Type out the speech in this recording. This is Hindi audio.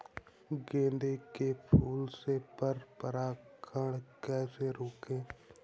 गेंदे के फूल से पर परागण कैसे रोकें?